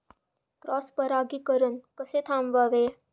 Cross परागीकरण कसे थांबवावे?